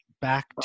back